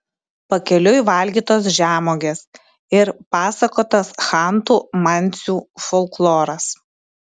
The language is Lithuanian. pakeliui valgytos žemuogės ir pasakotas chantų mansių folkloras